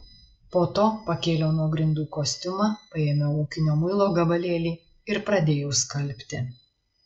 po to pakėliau nuo grindų kostiumą paėmiau ūkinio muilo gabalėlį ir pradėjau skalbti